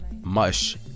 mush